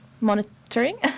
monitoring